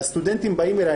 הסטודנטים באים אלי.